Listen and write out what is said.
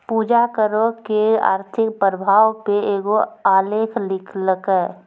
पूजा करो के आर्थिक प्रभाव पे एगो आलेख लिखलकै